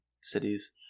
cities